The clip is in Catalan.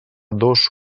dos